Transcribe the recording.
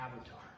Avatar